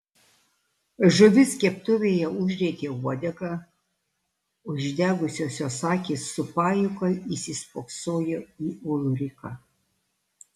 žuvis keptuvėje užrietė uodegą o išdegusios jos akys su pajuoka įsispoksojo į ulriką